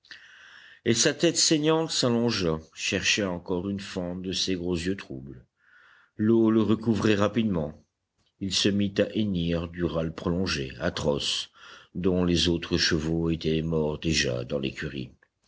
et sa tête saignante s'allongea chercha encore une fente de ses gros yeux troubles l'eau le recouvrait rapidement il se mit à hennir du râle prolongé atroce dont les autres chevaux étaient morts déjà dans l'écurie